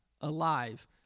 alive